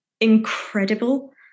incredible